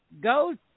Go